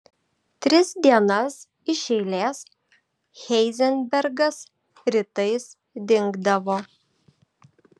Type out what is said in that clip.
tris dienas iš eilės heizenbergas rytais dingdavo